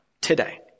today